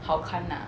好看 lah